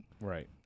Right